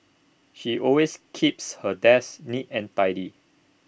she always keeps her desk neat and tidy